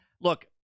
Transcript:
Look